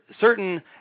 certain